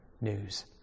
news